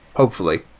hopefully.